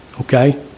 Okay